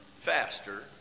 faster